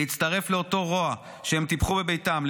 להצטרף לאותו רוע שהן טיפחו בביתן,